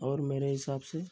और मेरे हिसाब से